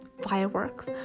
fireworks